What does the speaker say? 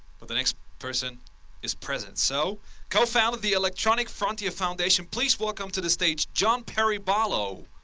but the next person is present. so co-founded the electronic frontier foundation, please welcome to the stage john perry barlow.